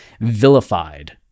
vilified